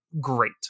great